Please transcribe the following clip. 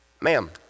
Ma'am